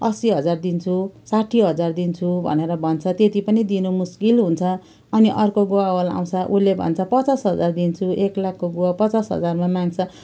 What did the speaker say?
असी हजार दिन्छु साठी हजार दिन्छु भनेर भन्छ त्यति पनि दिनु मुस्किल हुन्छ अनि अर्को गुवा वाला आउँछ उसले भन्छ पचास हजार दिन्छु एक लाखको गुवा पचास हजारमा माग्छ